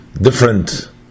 different